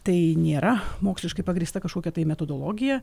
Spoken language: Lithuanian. tai nėra moksliškai pagrįsta kažkokia tai metodologija